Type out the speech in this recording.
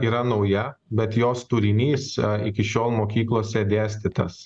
yra nauja bet jos turinys iki šiol mokyklose dėstytas